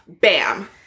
bam